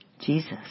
Jesus